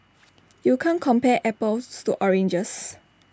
you can't compare apples to oranges